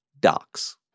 docs